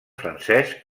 francesc